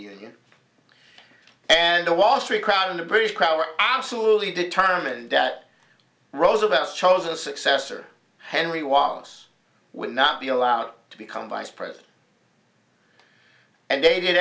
union and the wall street crowd and the british crowd were absolutely determined that roosevelt chose a successor henry was would not be allowed to become vice president and they did